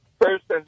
person